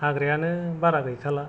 हाग्रायानो बारा गैखाला